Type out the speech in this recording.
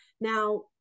Now